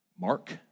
mark